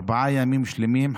ארבעה ימים שלמים,